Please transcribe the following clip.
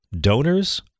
donors